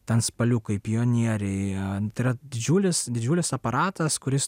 ten spaliukai pionieriai antra didžiulis didžiulis aparatas kuris